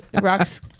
rocks